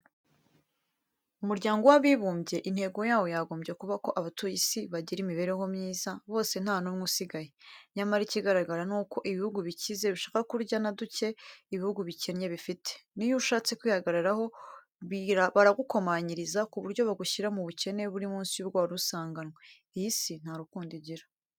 Umuryango w'abibumbye, intego yawo yagombye kuba ko abatuye isi bagira imibereho myiza, bose nta n'umwe usigaye. Nyamara ikigaragara ni uko ibihugu bikize bishaka kurya na duke ibihugu bikennye bifite. N'iyo ushatse kwihagararaho, baragukomanyiriza, ku buryo bagushyira mu bukene buri munsi y'ubwo warusanganwe. Iyi si nta rukundo igira.